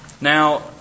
Now